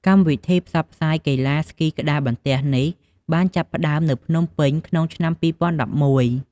កម្មវិធីផ្សព្វផ្សាយកីឡាស្គីក្ដារបន្ទះនេះបានចាប់ផ្ដើមនៅភ្នំពេញក្នុងឆ្នាំ ២០១១។